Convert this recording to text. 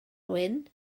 wyn